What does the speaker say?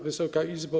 Wysoka Izbo!